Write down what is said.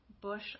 bush